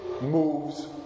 moves